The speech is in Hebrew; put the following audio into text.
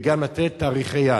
וגם לתת תאריכי יעד.